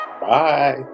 bye